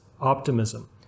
optimism